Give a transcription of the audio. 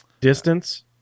distance